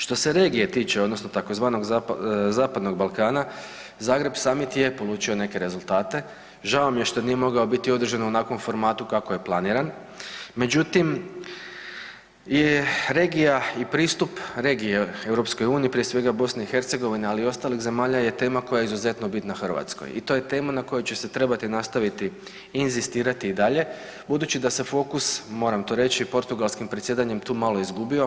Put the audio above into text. Što se regije tiče odnosno tzv. Zapadnog Balkana Zagreb samit je polučio neke rezultate, žao mi je što nije mogao biti održan u onakvom formatu kako je planiran, međutim je regija i pristup regije EU prije svega BiH ali i ostalih zemalja je tema koja je izuzetno bitna Hrvatskoj i to je tema na kojoj će se trebati nastaviti inzistirati i dalje budući da se fokus, moram to reći, portugalskim predsjedanjem tu malo izgubio.